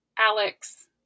Alex